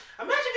Imagine